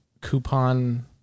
coupon